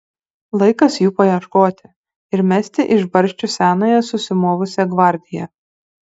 laikas jų paieškoti ir mesti iš barščių senąją susimovusią gvardiją